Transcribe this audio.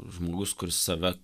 žmogus kuris save